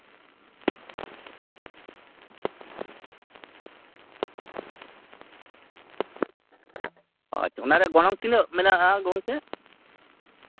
ᱟᱪᱪᱷᱟ ᱚᱱᱟ ᱨᱮᱱᱟᱜ ᱜᱚᱱᱚᱝ ᱛᱤᱱᱟᱹᱜ ᱢᱮᱱᱟᱜᱼᱟ ᱜᱚᱢᱠᱮ